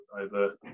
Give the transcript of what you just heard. over